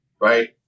right